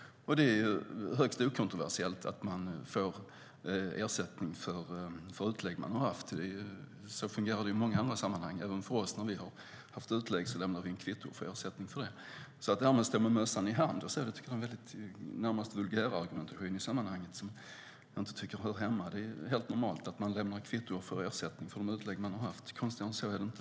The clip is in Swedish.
Det är högst okontroversiellt att man får ersättning för utlägg man har haft. Så fungerar det i många andra sammanhang - även för oss. När vi haft utlägg lämnar vi in kvitto och får ersättning. Det här med att stå med mössan i hand tycker jag närmast är en vulgärargumentation i sammanhanget. Jag tycker inte att den hör hemma här. Det är helt normalt att man lämnar kvitto och får ersättning för de utlägg man har haft. Konstigare än så är det inte.